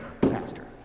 Pastor